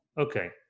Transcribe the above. Okay